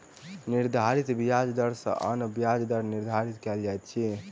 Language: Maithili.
निर्धारित ब्याज दर सॅ अन्य ब्याज दर निर्धारित कयल जाइत अछि